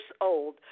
old